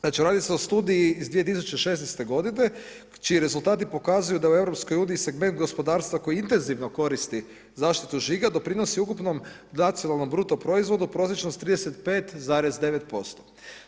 Znači radi se o studiji iz 2016. godine čiji rezultati pokazuju da u Europskoj uniji segment gospodarstva koji intenzivno koristi zaštitu žiga doprinosi ukupnom nacionalnom bruto proizvodu prosječnost 35,9%